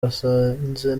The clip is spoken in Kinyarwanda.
basanze